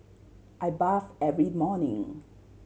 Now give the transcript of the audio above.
I bath every morning